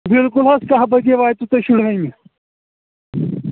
بالکُل حظ کہہ بَجے واتوٕ حظ شُرہٲیمہِ